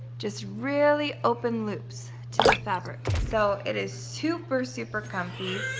just really open loops to the fabric. so it is super super comfy.